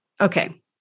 Okay